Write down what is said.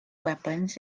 weapons